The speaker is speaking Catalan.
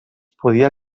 podia